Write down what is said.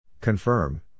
Confirm